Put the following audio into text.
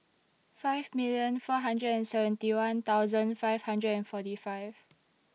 five million four hundred and seventy one thousand five hundred and forty five